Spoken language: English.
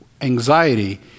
anxiety